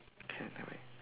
clear the way